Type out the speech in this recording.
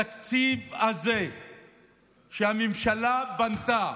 את התקציב הזה שהממשלה בנתה,